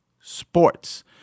sports